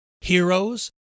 heroes